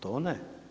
To ne.